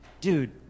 Dude